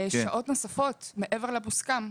שעות נוספות, מעבר למוסכם.